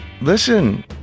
listen